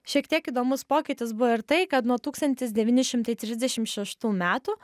šiek tiek įdomus pokytis buvo ir tai kad nuo tūkstantis devyni šimtai trisdešimt šeštų metų